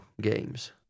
games